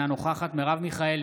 אינה נוכחת מרב מיכאלי,